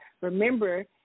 Remember